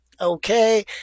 okay